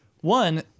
One